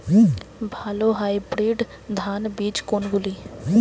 ভালো হাইব্রিড ধান বীজ কোনগুলি?